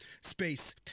space